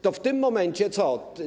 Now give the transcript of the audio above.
To w tym momencie co?